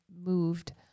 moved